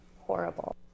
horrible